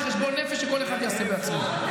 לחשבון נפש שכל אחד יעשה בעצמו.